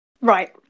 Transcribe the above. right